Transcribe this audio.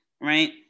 right